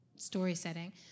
story-setting